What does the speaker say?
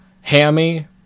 hammy